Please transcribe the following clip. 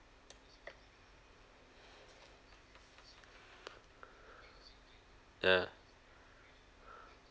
ya